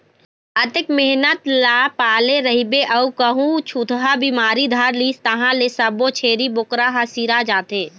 अतेक मेहनत ल पाले रहिबे अउ कहूँ छूतहा बिमारी धर लिस तहाँ ले सब्बो छेरी बोकरा ह सिरा जाथे